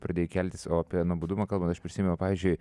pradėjai keltis o apie nuobodumą kalbant aš prisiminiau pavyzdžiui